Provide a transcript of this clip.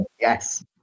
Yes